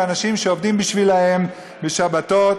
ואנשים שעובדים בשבילם בשבתות.